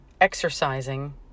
exercising